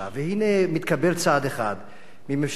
והנה מתקבל צעד אחד מממשלת ימין,